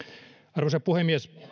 arvoisa puhemies